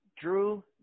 Drew